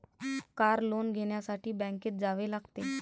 car loan घेण्यासाठी बँकेत जावे लागते